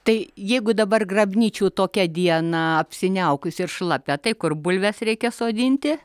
tai jeigu dabar grabnyčių tokia diena apsiniaukusi ir šlapia tai kur bulves reikia sodinti